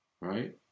Right